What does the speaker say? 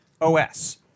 OS